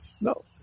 No